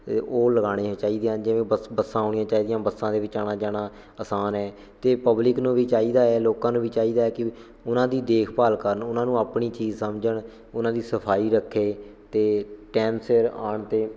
ਅਤੇ ਉਹ ਲਗਾਉਣੀਆਂ ਚਾਹੀਦੀਆਂ ਜਿਵੇਂ ਬਸ ਬੱਸਾਂ ਆਉਣੀਆਂ ਚਾਹੀਦੀਆਂ ਬੱਸਾਂ ਦੇ ਵਿੱਚ ਆਉਣਾ ਜਾਣਾ ਆਸਾਨ ਹੈ ਅਤੇ ਪਬਲਿਕ ਨੂੰ ਵੀ ਚਾਹੀਦਾ ਹੈ ਲੋਕਾਂ ਨੂੰ ਵੀ ਚਾਹੀਦਾ ਹੈ ਕਿ ਉਹਨਾਂ ਦੀ ਦੇਖਭਾਲ ਕਰਨ ਉਹਨਾਂ ਨੂੰ ਆਪਣੀ ਚੀਜ਼ ਸਮਝਣ ਉਹਨਾਂ ਦੀ ਸਫਾਈ ਰੱਖੇ ਅਤੇ ਟਾਇਮ ਸਿਰ ਆਉਣ 'ਤੇ